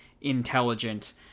intelligent